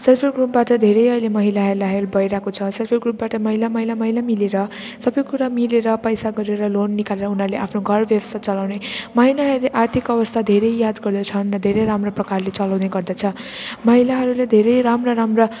self help ग्रुपबाट धेरै अहिले महिलाहरूलाई हेल्प भइरहेको छ सेल्फ हेल्प ग्रुपबाट महिला महिला महिला मिलेर सबै कुरा मिलेर पैसा गरेर लोन निकालेर उनीहरूले आफ्नो घर व्यवसाय चलाउने महिलाहरूले आर्थिक अवस्था धेरै याद गरेका छन् र धेरै राम्रो प्रकारले चलाउने गर्दछ महिलाहरूले धेरै राम्रा राम्रा